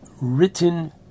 written